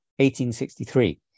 1863